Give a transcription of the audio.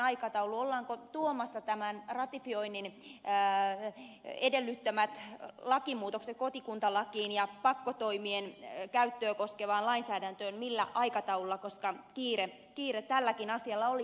ollaanko tuomassa tämän ratifioinnin edellyttämät lakimuutokset kotikuntalakiin ja pakkotoimien käyttöä koskevaan lainsäädäntöön jollakin aikataululla koska kiire tälläkin asialla olisi